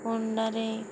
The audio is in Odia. କୁଣ୍ଡାରେ